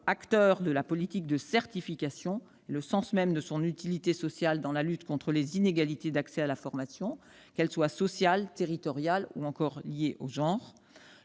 acteur de la politique de certification, ainsi que le sens même de son utilité sociale dans la lutte contre les inégalités d'accès à la formation, qu'elles soient sociales, territoriales ou encore liées au genre.